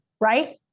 Right